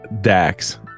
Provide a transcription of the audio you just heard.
Dax